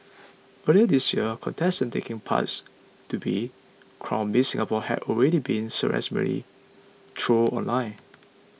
earlier this year contestants taking parts to be crowned Miss Singapore had already been ceremoniously trolled online